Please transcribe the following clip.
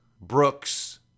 Brooks